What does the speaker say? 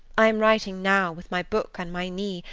i am writing now, with my book on my knee,